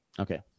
Okay